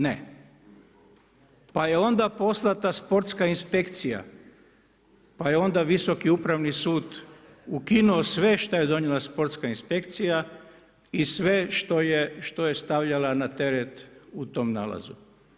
Ne. pa je onda poslata Sportska inspekcija, pa je onda Visoki upravni sud ukinuo sve što je donijela Sportska inspekcija i sve što je stavljala na teret u tom nalazu.